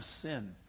sin